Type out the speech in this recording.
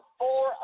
four